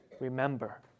remember